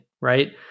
right